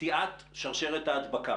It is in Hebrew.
קטיעת שרשרת ההדבקה.